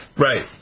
Right